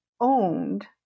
owned